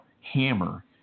hammer